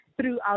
throughout